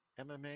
MMA